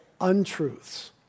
untruths